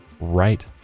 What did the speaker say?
right